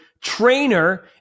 trainer